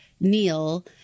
Neil